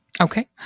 Okay